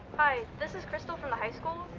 hi. this is krystal from the high school.